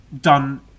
done